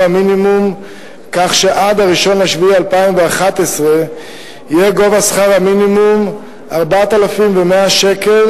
המינימום כך שעד 1 ביולי 2011 יהיה גובה שכר המינימום 4,100 שקל